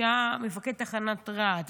שהיה מפקד תחנת רהט,